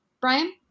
Brian